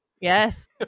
Yes